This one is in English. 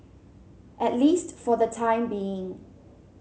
at least for the time being